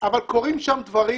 אבל קורים שם דברים